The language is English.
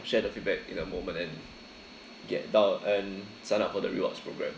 share the feedback in a moment and get down and sign up for the rewards program